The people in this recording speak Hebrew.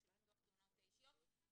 ובתוך הלופ הזה שאת נמצאת בו כי את חיה בו.